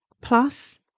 Plus